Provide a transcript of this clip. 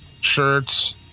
shirts